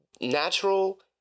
natural